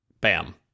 bam